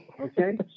Okay